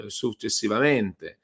successivamente